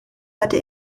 hatte